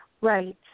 Right